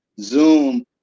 Zoom